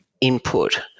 input